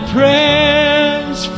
prayers